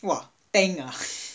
!wah! tank ah